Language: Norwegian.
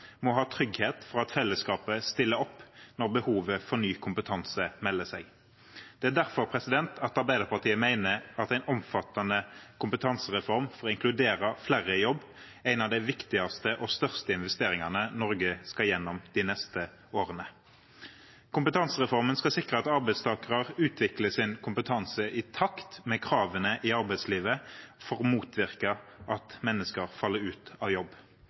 må ha trygghet for at fellesskapet stiller opp når behovet for ny kompetanse melder seg. Det er derfor Arbeiderpartiet mener at en omfattende kompetansereform for å inkludere flere i jobb er en av de viktigste og største investeringene Norge skal igjennom de neste årene. Kompetansereformen skal sikre at arbeidstakere utvikler sin kompetanse i takt med kravene i arbeidslivet, for å motvirke at mennesker faller ut av jobb.